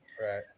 Right